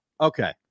Okay